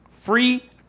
free